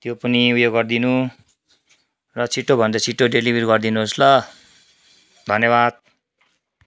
त्यो पनि उयो गरिदिनु र छिटोभन्दा छिटो डेलिभरी गरिदिनुहोस् ल धन्यवाद